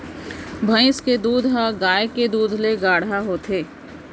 भईंस के दूद ह गाय के दूद ले गाढ़ा होथे